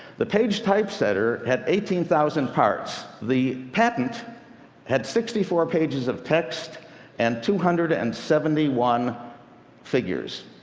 the paige typesetter had eighteen thousand parts. the patent had sixty four pages of text and two hundred and seventy one figures.